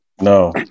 no